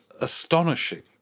astonishing